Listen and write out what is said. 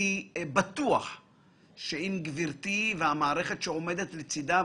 אני בטוח שאם גברתי והמערכת שעומדת לצידה,